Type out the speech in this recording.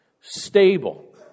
stable